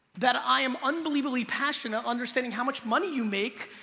that i am unbelievably passionate understanding how much money you make,